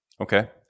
Okay